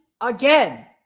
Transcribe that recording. again